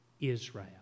Israel